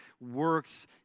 works